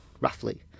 roughly